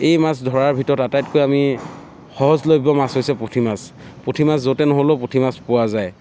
এই মাছ ধৰাৰ ভিতৰত আটাইতকৈ আমি সহজলভ্য মাছ হৈছে পুঠি মাছ পুঠি মাছ য'তে নহ'লেও পুঠি মাছ পোৱা যায়